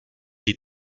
les